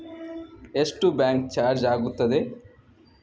ಎಷ್ಟು bank charge ಆಗುತ್ತದೆ?